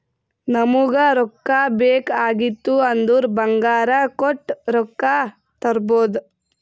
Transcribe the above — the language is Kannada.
ನಮುಗ್ ರೊಕ್ಕಾ ಬೇಕ್ ಆಗಿತ್ತು ಅಂದುರ್ ಬಂಗಾರ್ ಕೊಟ್ಟು ರೊಕ್ಕಾ ತರ್ಬೋದ್